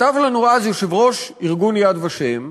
כתב לנו אז יושב-ראש ארגון "יד ושם":